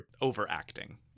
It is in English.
overacting